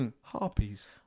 harpies